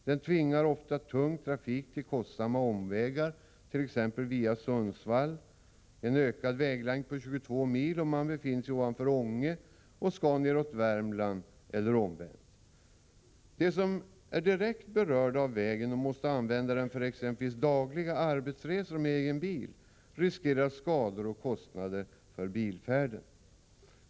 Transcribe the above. Den tvingar ofta tung trafik till kostsamma omvägar, t.ex. via Sundsvall — en ökad väglängd på 22 mil om man befinner sig norr om Ånge och skall nedåt Värmland eller omvänt. De som är direkt berörda av vägen och måste använda den för exempelvis dagliga arbetsresor med egen bil riskerar skador och kostnader för bilfärden.